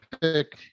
pick